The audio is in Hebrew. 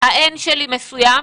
ה-N שלי מסוים,